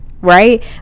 right